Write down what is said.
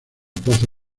plaza